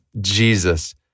Jesus